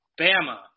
Bama